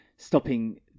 stopping